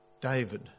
David